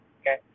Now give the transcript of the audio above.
okay